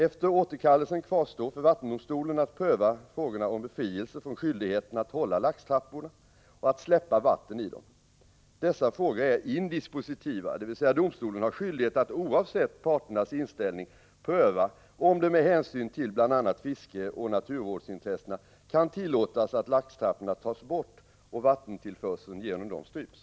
Efter återkallelsen kvarstår för vattendomstolen att pröva frågorna om befrielse från skyldigheten att hålla laxtrappor och att släppa vatten i dem. Dessa frågor är indispositiva, dvs. domstolen har skyldighet att oavsett parternas inställning pröva om det med hänsyn till bl.a. fiskeoch naturvårdsintressena kan tillåtas att laxtrapporna tas bort och vattentillförseln genom dem stryps.